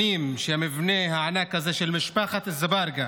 שנים שהמבנה הענק הזה של משפחת אזברגה